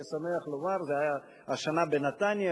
אני שמח לומר, זה היה השנה בנתניה.